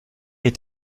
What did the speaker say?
est